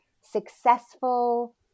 successful